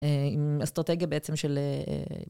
עם אסטרוטגיה בעצם של...